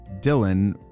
Dylan